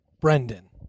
Brendan